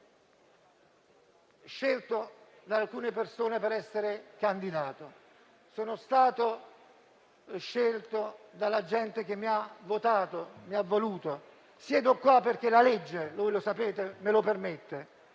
stato scelto da alcune persone per essere candidato, sono stato scelto dalla gente che mi ha votato e mi ha voluto e siedo in quest'Aula perché la legge - come voi sapete - me lo permette.